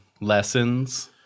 lessons